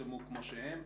פורסמו כמו שהם,